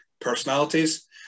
personalities